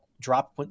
drop